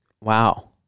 Wow